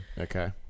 Okay